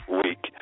week